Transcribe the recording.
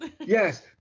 yes